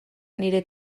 nire